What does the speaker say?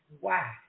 Wow